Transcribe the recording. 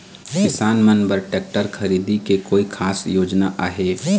किसान मन बर ट्रैक्टर खरीदे के कोई खास योजना आहे?